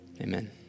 Amen